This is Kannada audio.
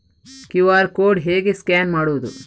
ಕ್ಯೂ.ಆರ್ ಕೋಡ್ ಹೇಗೆ ಸ್ಕ್ಯಾನ್ ಮಾಡುವುದು?